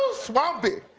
so swampy.